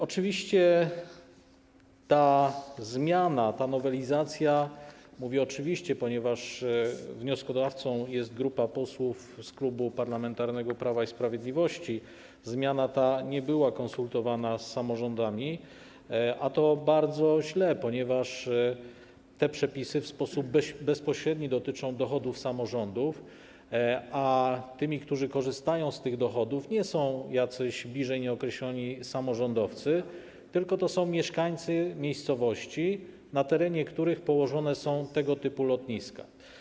Oczywiście ta zmiana, ta nowelizacja - mówię: oczywiście, ponieważ wnioskodawcy to grupa posłów z Klubu Parlamentarnego Prawo i Sprawiedliwość - nie była konsultowana z samorządami, a to bardzo źle, ponieważ te przepisy w sposób bezpośredni dotyczą dochodów samorządów, a tymi, którzy korzystają z tych dochodów, nie są jacyś bliżej nieokreśleni samorządowcy, tylko mieszkańcy miejscowości, na terenie których położone są tego typu lotniska.